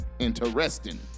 interesting